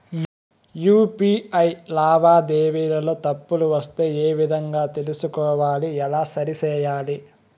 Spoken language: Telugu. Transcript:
యు.పి.ఐ లావాదేవీలలో తప్పులు వస్తే ఏ విధంగా తెలుసుకోవాలి? ఎలా సరిసేయాలి?